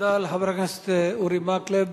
תודה לחבר הכנסת אורי מקלב.